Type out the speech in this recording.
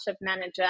manager